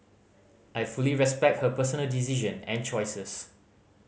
I fully respect her personal decision and choices